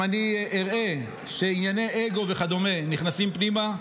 אם אני אראה שענייני אגו וכדומה נכנסים פנימה,